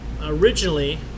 originally